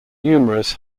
numerous